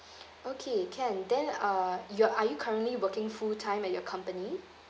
okay can then uh your're are you currently working full time at your company